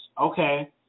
Okay